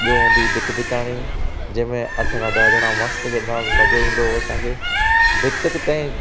ॿियो हूंदी बित बिताणी जंहिंमें अठ खां ॾह ॼणा मस्तु खेॾंदा हुआ मजो ईंदो हो असांखे बित किता ई